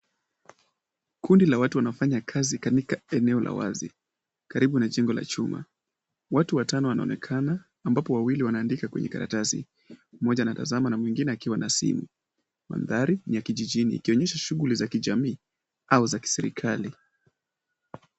Kundi la watu wanafanya kazi katika eneo la wazi karibu na jengo la chuma. Watu watano wanaonekana ambapo wawili wanaandika kwenye karatasi. Mmoja anatazama na mwingine akiwa na simu. Mandhari ni ya kijijini yakionyesha shughuli za kijamii au za kiserikali.